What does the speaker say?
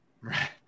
Right